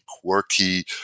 quirky